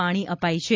પાણી અપાય છે